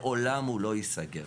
לעולם הוא לא ייסגר.